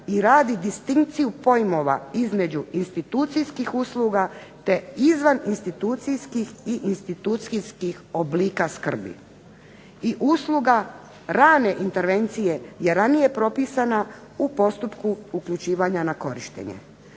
i rad i distinkciju pojmova između institucijskih usluga te izvan institucijskih i institucijskih oblika skrbi. I usluga rane intervencije je ranije propisana u postupku uključivanja na korištenje.